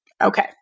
okay